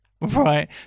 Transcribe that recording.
Right